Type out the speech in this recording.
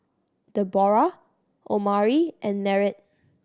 Deborrah Omari and Merritt